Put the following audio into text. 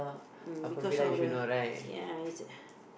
uh because all the ya it's